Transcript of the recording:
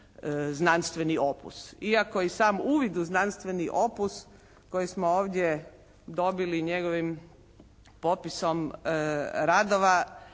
znanstveni opus. Iako i sam uvid u znanstveni opus koji smo ovdje dobili njegovim popisom radova